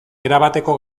erabateko